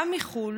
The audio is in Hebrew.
גם מחו"ל,